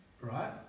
Right